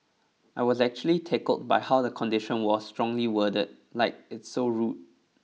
I was actually tickled by how the condition was strongly worded like it's so rude